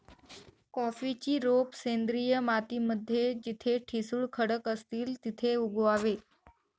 कॉफीची रोप सेंद्रिय माती मध्ये जिथे ठिसूळ खडक असतील तिथे उगवावे